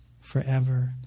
forever